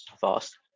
fast